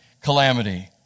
calamity